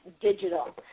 digital